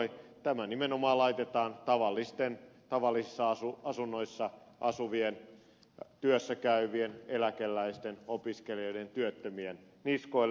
kelamaksun poisto nimenomaan laitetaan tavallisten tavallisissa asunnoissa asuvien työssäkäyvien eläkeläisten opiskelijoiden työttömien niskoille